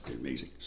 amazing